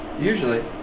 Usually